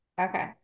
Okay